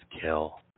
kill